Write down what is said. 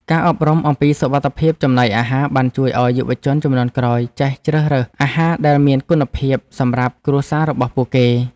ការអប់រំអំពីសុវត្ថិភាពចំណីអាហារបានជួយឱ្យយុវជនជំនាន់ក្រោយចេះជ្រើសរើសអាហារដែលមានគុណភាពសម្រាប់គ្រួសាររបស់ពួកគេ។